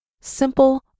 simple